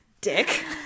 dick